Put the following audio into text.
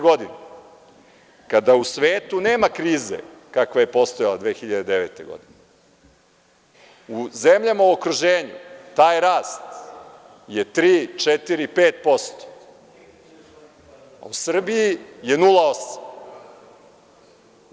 Godine 2015. kada u svetu nema krize kakva je postojala 2009. godine, u zemljama u okruženju, taj rast je 3%, 4%, 5%, a u Srbiji je 0.8%